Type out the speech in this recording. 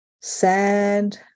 sad